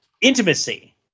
Intimacy